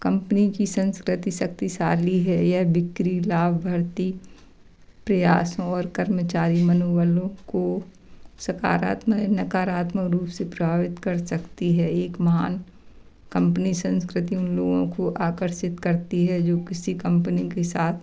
company की संस्कृति शक्तिशाली है यह बिक्री लाभ भर्ती प्रयासों और कर्मचारी मनोबलों को सकारात्मक नकारात्मक रूप से प्रभावित कर सकती है एक महान कंपनी संस्कृति उन लोगों को आकर्षित करती है जो किसी कंपनी के साथ